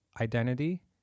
identity